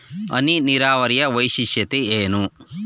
ಹನಿ ನೀರಾವರಿಯ ವೈಶಿಷ್ಟ್ಯತೆ ಏನು?